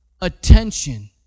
attention